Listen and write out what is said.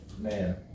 man